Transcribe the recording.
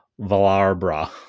Valarbra